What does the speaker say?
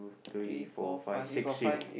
three four five six six